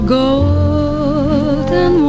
golden